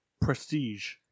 Prestige